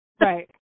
Right